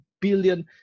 billion